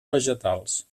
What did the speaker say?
vegetals